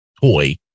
toy